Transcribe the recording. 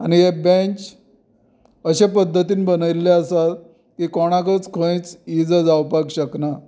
आनी हे बेंच अशें पद्दतीन बनयल्ले आसात की कोणाकच खंयच इजा जावपाक शकना